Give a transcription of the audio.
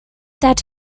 that